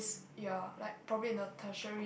ya like probably the tertiary